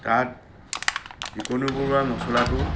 তাত টিকনি বৰুৱা মছলাটো